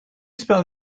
spell